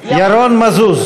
מזוז,